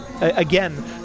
again